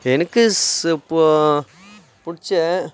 எனக்கு ஸ் இப்போ பிடிச்ச